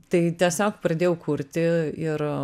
tai tiesiog pradėjau kurti ir